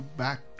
back